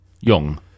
young